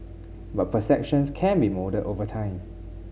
but perceptions can be moulded over time